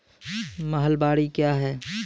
महलबाडी क्या हैं?